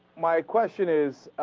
my question is